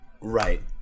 Right